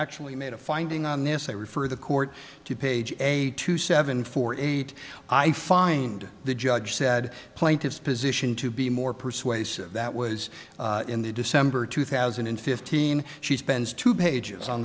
actually made a finding on this i refer the court to page a two seven four eight i find the judge said plaintiff's position to be more persuasive that was in the december two thousand and fifteen she spends two pages on